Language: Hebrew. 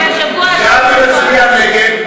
להצביע נגד.